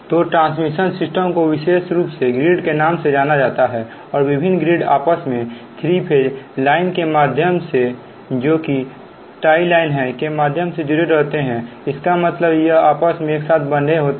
तो transmission system को विशेष रूप से ग्रिड के नाम से जाना जाता हैऔर विभिन्न ग्रिड आपस में थ्री फेज लाइन के माध्यम से जो कि टाइलाइन है के माध्यम से जुड़े रहते हैं इसका मतलब यह आपस में एक साथ बंदे होते हैं